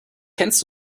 kennst